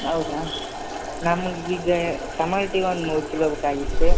ಹೌದಾ ನಮ್ಗೆ ಈಗ ಟಮಾಟಿ ಒಂದು ಮೂರು ಕಿಲೋ ಬೇಕಾಗಿತ್ತು